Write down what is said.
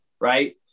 right